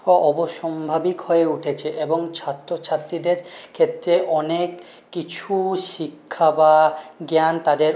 অবশ্যম্ভাবী হয়ে উঠেছে এবং ছাত্রছাত্রীদের ক্ষেত্রে অনেক কিছু শিক্ষা বা জ্ঞান তাদের